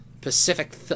Pacific